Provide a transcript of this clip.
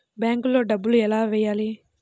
బ్యాంక్లో డబ్బులు ఎలా వెయ్యాలి?